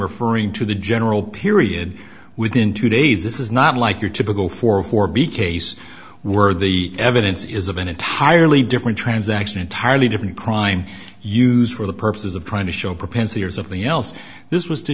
referring to the general period within two days this is not like your typical for a for b case where the evidence is of an entirely different transaction entirely different crime used for the purposes of trying to show propensities of the else this was to